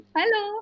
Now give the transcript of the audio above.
Hello